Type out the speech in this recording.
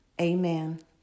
Amen